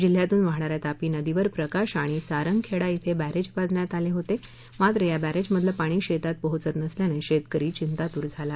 जिल्ह्यातुन वाहणाऱ्या तापी नदीवर प्रकाशा आणि सारंगखेडा इथे बँरेज बांधण्यात आले मात्र या बँरेज मधलं पाणी शेतात पोहचत नसल्याने शेतकरी चिंतातूर झाला आहे